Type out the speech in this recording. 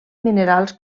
minerals